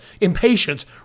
Impatience